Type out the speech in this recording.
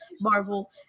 Marvel